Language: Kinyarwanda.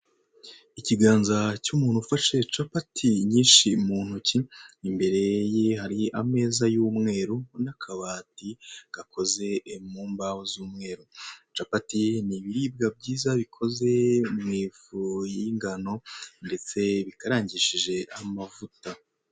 Ikiganza cy'umuntu ufashe capati nyinshi mu ntoki, imbere ye hari ameza y'umweru, n'akabati gakoze mu imbaho z'umweru capati ni ibiribwa byiza bikoze mu ifu y'ingano, ndetse bikarangishije amavuta.